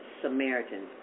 Samaritans